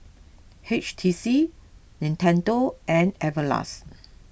H T C Nintendo and Everlast